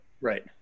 Right